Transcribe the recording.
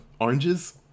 oranges